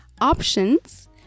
options